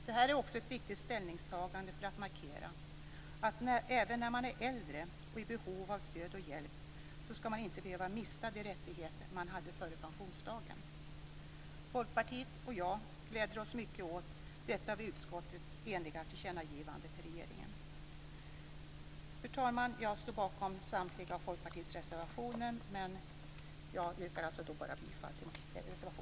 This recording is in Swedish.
Detta är också ett viktigt ställningstagande för att markera att man, även när man är äldre och är i behov av stöd och hjälp, skall man inte behöva mista de rättigheter som man hade före pensionsdagen. Folkpartiet och jag gläder oss mycket åt detta av utskottet eniga tillkännagivande till regeringen. Fru talman! Jag står bakom samtliga av Folkpartiets reservationer, men yrkar endast bifall till reservation nr 10.